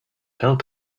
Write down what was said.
help